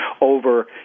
over